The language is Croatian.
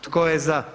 Tko je za?